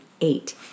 eight